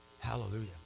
Hallelujah